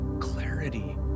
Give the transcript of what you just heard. clarity